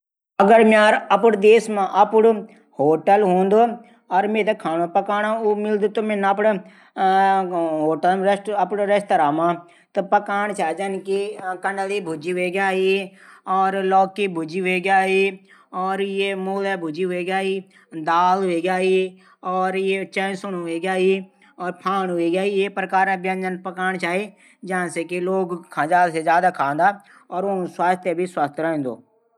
अगर म्यारू अपड देश मा होटल हूंदू अगर मेथे खांडू पकाणू काम मिलदू त मिन अपड रेस्तरां मा पकाण छाई कंडली भुजी हवेग्याई लौकि भुजी हवेग्याई मूला भुजी हवेग्याई दाल हवेग्याई चैशुण हवेग्याई फाणू हवेग्याई ये प्रकारा व्यजन पकाण छाई ज्यांसे की लोग ज्यादा से ज्यादा खांदा और ऊक स्वास्थ्य भी स्वस्थ रैंदू।